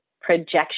projection